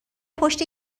پشت